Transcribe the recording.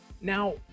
Now